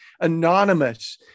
anonymous